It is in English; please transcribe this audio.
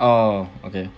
!aww! okay